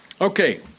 Okay